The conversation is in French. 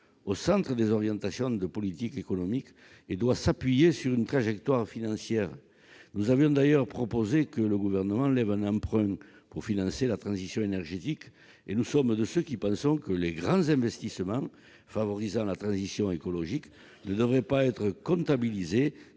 au centre des orientations des politiques économiques et s'appuyer sur une trajectoire financière. Nous avions d'ailleurs proposé que le Gouvernement lève un emprunt pour financer la transition énergétique. Nous sommes de ceux qui pensent que les grands investissements favorisant la transition écologique ne devraient pas être comptabilisés